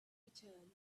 return